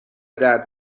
درد